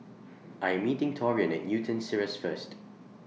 I Am meeting Taurean At Newton Cirus First